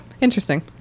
Interesting